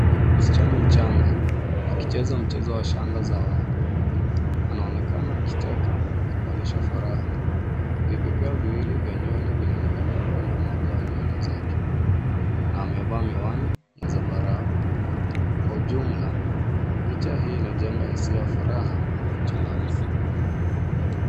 Msichana mchanga akicheza mchezo wa shanga za waya. Anaonekana akicheka na kuonyesha furaha. Vipepeo viwili vya nywele vinaning'inia upande mmoja wa nywele zake. Na amevaa miwani ya zambarau kwa ujumla, picha hii inajenga hisia ya furaha na uchangamfu.